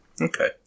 Okay